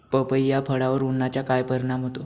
पपई या फळावर उन्हाचा काय परिणाम होतो?